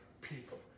people